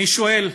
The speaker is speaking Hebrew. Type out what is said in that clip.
אני שואל,